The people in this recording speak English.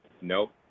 Nope